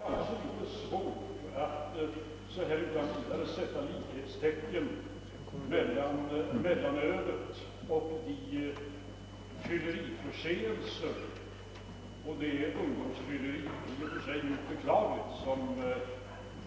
Herr talman! Jag har nog litet svårt att utan vidare sätta likhetstecken mellan mellanölet och de fylleriförseelser och det ungdomsfylleri — i och för sig djupt beklagliga — som